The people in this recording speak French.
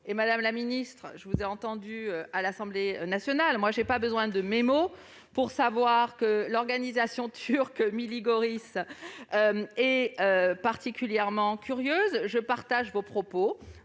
Madame la ministre, je vous ai entendue à l'Assemblée nationale. Moi, je n'ai pas besoin de mémo pour savoir que l'organisation turque Millî Görüs est particulièrement curieuse. Je partage vos propos